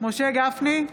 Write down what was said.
משה גפני,